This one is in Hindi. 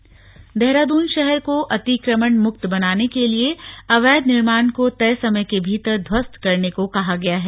अतिक्रमण देहरादून शहर को अतिक्रमण मुक्त बनाने के लिए अवैध निर्माण को तय समय के भीतर ध्वस्त करने को कहा गया है